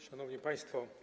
Szanowni Państwo!